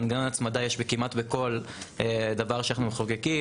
מנגנון הצמדה יש כמעט בכל דבר שאנחנו מחוקקים,